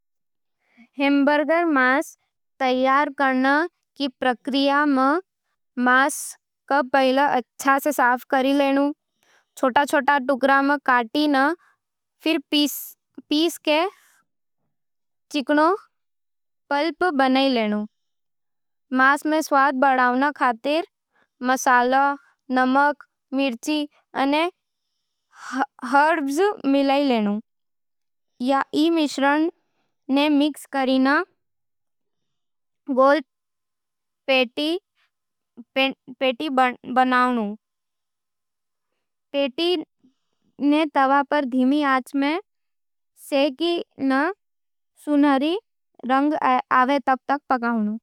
हैम्बर्गर मांस तैयार करण री प्रक्रिया में, मांस ने पहले अच्छे स साफ करलिनू। छोट-छोटे टुकड़ा में काटी, फिर पीस के चिकनो पल्प बनावई लेनू। मांस में स्वाद बढ़ावण खातर मसाला, नमक, मिर्च अने हर्ब्स मिला लेनू। ई मिश्रण ने मिक्स कर, गोल पैटी बना लेनू। पैटी ने तवे पर धीमी आँच में सेंक कर सुनहरी रंग आवे तक पकावनू।